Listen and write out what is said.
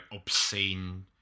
obscene